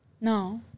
no